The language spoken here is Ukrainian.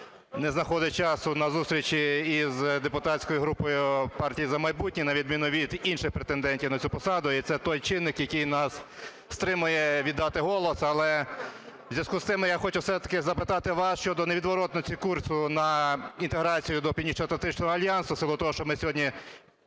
не знаходить часу на зустрічі із депутатською групи партії "За майбутнє", на відміну від інших претендентів на цю посаду, і це той чинник, який нас стримує віддати голос. Але в зв'язку з цим я хочу все-таки запитати вас щодо невідворотності курсу на інтеграцію до Північноатлантичного альянсу в силу того, що ми сьогодні